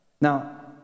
Now